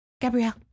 Gabrielle